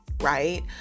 right